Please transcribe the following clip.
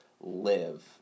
live